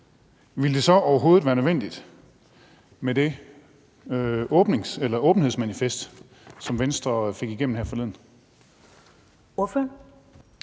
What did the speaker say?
ville det så overhovedet være nødvendigt med det åbenhedsmanifest, som Venstre fik igennem her forleden? Kl.